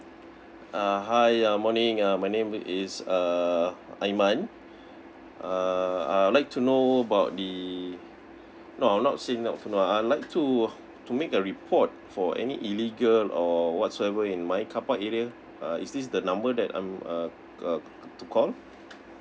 uh hi uh morning uh my name is err aiman uh I'd like to know about the not I've not seen not familiar I'd like to uh to make a report for any illegal or whatsoever in my carpark area uh is this the number that I'm uh uh to call